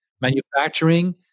Manufacturing